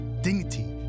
dignity